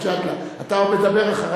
הנה, תיכף, מג'אדלה, אתה עוד מדבר אחריו.